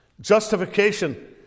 Justification